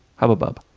hub-abub.